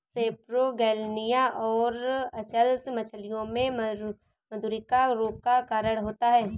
सेपरोगेलनिया और अचल्य मछलियों में मधुरिका रोग का कारण होता है